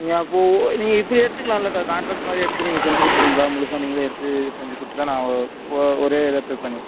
நீங்கள் அப்போ நீங்கள் இப்படி எடுத்துக்கலால்லக்கா காண்ட்ராக்ட் மாதிரி எடுத்து நீங்கள் செஞ்சு கொடுத்துறீங்களா முழுசா நீங்களே எடுத்து செஞ்சி கொடுத்துட்டா நான் ஒரே இதாக பே பண்ணி